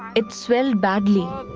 it swelled badly.